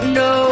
no